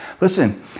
Listen